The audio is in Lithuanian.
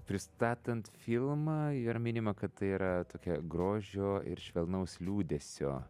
pristatant filmą yra minima kad tai yra tokia grožio ir švelnaus liūdesio